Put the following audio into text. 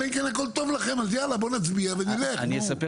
אלא אם כן הכל טוב לכם אז יאללה בואו נצביע ונלך נו.